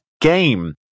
game